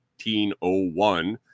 1801